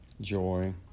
Joy